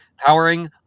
Powering